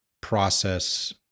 process